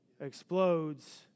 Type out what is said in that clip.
explodes